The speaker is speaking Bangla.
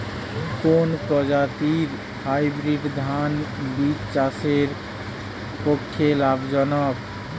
কোন প্রজাতীর হাইব্রিড ধান বীজ চাষের পক্ষে লাভজনক?